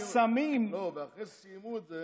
ואחרי שסיימו את זה